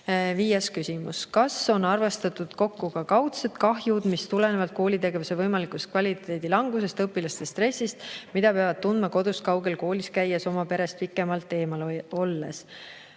Viies küsimus: "Kas on kokku arvestatud ka kaudsed kahjud, mis tulenevad koolitustegevuse võimalikust kvaliteedi langusest ning õpilaste stressist, mida nad peavad tundma kodust kaugel koolis käies ning oma perest pikemalt eemal olles?"